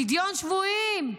פדיון שבויים.